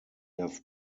have